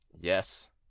yes